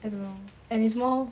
as long and is more